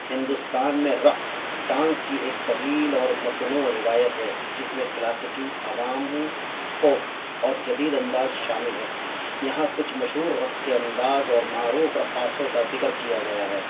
ہندوستان میں رقص ڈانس کی ایک طویل اور متنوع روایت ہے جس میں کلاسکی عوامی فوک اور جدید انداز شامل ہے یہاں کچھ مشہور رقص کے انداز اور معروف رقاصوں کا ذگر کیا گیا ہے